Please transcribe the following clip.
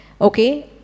Okay